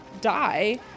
die